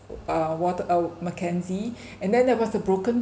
uh water uh mackenzie and then that was the broken